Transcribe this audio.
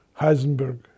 Heisenberg